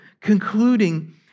Concluding